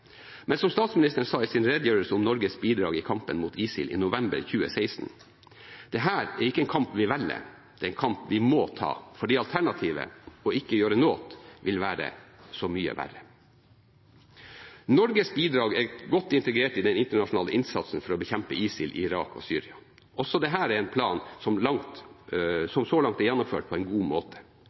Men som statsministeren sa i sin redegjørelse om Norges bidrag i kampen mot ISIL i november 2016: Dette er ikke en kamp vi velger, det er en kamp vi må ta. For alternativet – ikke å gjøre noe – vil være så mye verre. Norges bidrag er godt integrert i den internasjonale innsatsen for å bekjempe ISIL i Irak og Syria. Også dette er en plan som så langt er gjennomført på en god måte.